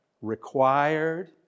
Required